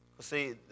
See